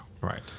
Right